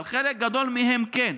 אבל חלק גדול מהם כן,